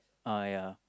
uh ya